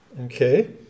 Okay